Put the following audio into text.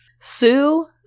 Sue